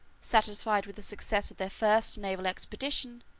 satisfied with the success of their first naval expedition,